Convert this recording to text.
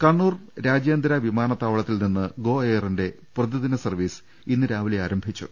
കണ്ണൂർ അന്താരാഷ്ട്ര വിമാനത്താവളത്തിൽ നിന്ന് ഗോ എയറിന്റെ പ്രതിദിന സർവീസ് ഇന്ന് രാവിലെ ആരംഭിച്ചു